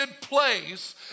place